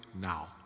now